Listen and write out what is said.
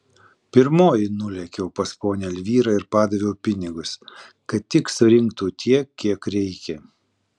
pirmoji nulėkiau pas ponią elvyrą ir padaviau pinigus kad tik surinktų tiek kiek reikia